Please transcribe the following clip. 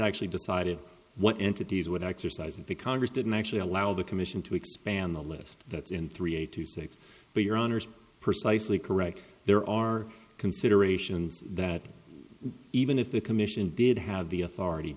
actually decided what entities would exercise and the congress didn't actually allow the commission to expand the list that's in three eight to six but your honour's precisely correct there are considerations that even if the commission did have the authority